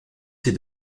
ses